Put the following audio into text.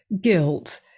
guilt